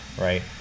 right